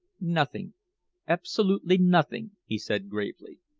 nothing absolutely nothing, he said gravely.